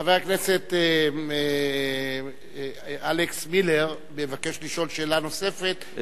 חבר הכנסת אלכס מילר מבקש לשאול שאלה נוספת,